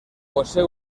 posee